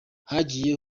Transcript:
hagiye